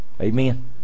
Amen